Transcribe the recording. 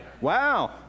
Wow